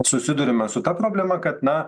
susiduriame su ta problema kad na